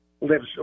lives